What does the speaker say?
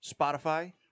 Spotify